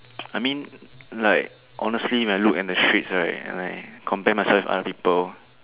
I mean like honestly when I look in the streets right and I compare myself with other people